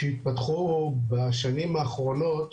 שהתפתחו בשנים האחרונות